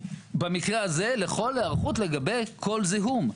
במקרה הזה לכל היערכות לגבי כל זיהום.